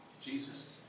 Jesus